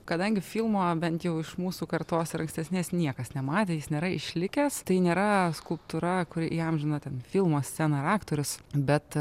kadangi filmo bent jau iš mūsų kartos ir ankstesnės niekas nematė jis nėra išlikęs tai nėra skulptūra kuri įamžino ten filmo sceną aktorius bet